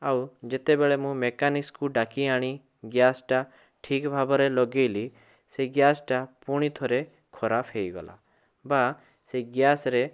ଆଉ ଯେତେବେଳେ ମୁଁ ମେକାନିକ୍କୁ ଡାକିଆଣି ଗ୍ୟାସ୍ଟା ଠିକ୍ ଭାବରେ ଲଗେଇଲି ସେଇ ଗ୍ୟାସ୍ଟା ପୁଣିଥରେ ଖରାପ ହେଇଗଲା ବା ସେଇ ଗ୍ୟାସ୍ରେ